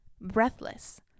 Breathless